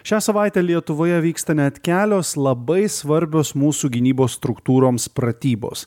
šią savaitę lietuvoje vyksta net kelios labai svarbios mūsų gynybos struktūroms pratybos